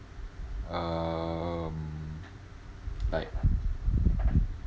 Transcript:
um like